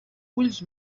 ulls